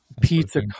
pizza